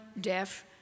deaf